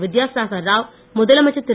வித்தியாசாகர் ராவ் முதலமைச்சர் திரு